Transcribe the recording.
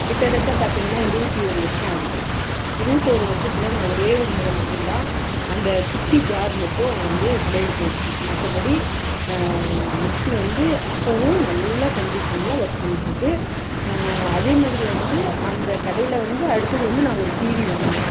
கிட்டத்தட்ட பார்த்தீங்கன்னா இருபத்தி ஒரு வருஷம் ஆகுது இருபத்தொரு வருஷத்தில் நான் ஒரே ஒரு முறை மட்டும் தான் அந்த குட்டி ஜார் மட்டும் வந்து பிளேடு போயிடுச்சு மற்றபடி மிக்ஸி வந்து இப்போவும் நல்ல கண்டிஷனில் ஒர்க் பண்ணிட்டிருக்கு அதே மாதிரி வந்து அந்த கடையில் வந்து அடுத்தது வந்து நான் ஒரு டிவி வாங்கினேன்